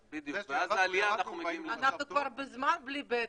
ואז העלייה --- אנחנו כבר מזמן בלי בטן,